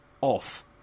off